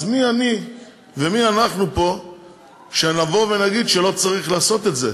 אז מי אני ומי אנחנו פה שנבוא ונגיד שלא צריך לעשות את זה?